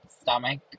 stomach